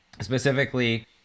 Specifically